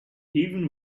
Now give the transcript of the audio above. even